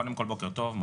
קודם כל בוקר טוב,